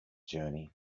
journey